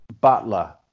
Butler